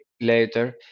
later